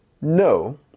No